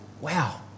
wow